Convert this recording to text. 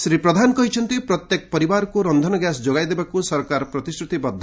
ଶ୍ରୀ ପ୍ରଧାନ କହିଛନ୍ତି ପ୍ରତ୍ୟେକ ପରିବାରକୁ ରନ୍ଧନ ଗ୍ୟାସ ଯୋଗାଇଦେବାକୁ ସରକାର ପ୍ରତିଶ୍ରୁତିବଦ୍ଧ